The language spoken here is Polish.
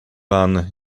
pan